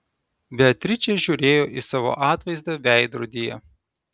beatričė žiūrėjo į savo atvaizdą veidrodyje